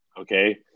okay